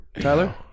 Tyler